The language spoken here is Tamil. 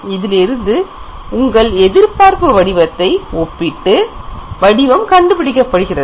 அதிலிருந்து உங்கள் எதிர்பார்ப்பு வடிவத்தை ஒப்பிட்டு வடிவம் கண்டுபிடிக்கப்படுகிறது